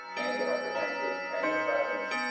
antihypertensives, antidepressants,